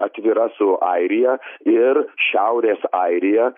atvira su airija ir šiaurės airija